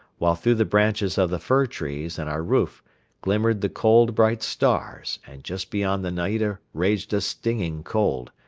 while through the branches of the fir trees and our roof glimmered the cold bright stars and just beyond the naida raged a stinging cold,